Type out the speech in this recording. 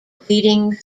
bleeding